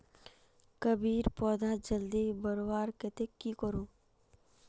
कोबीर पौधा जल्दी बढ़वार केते की करूम?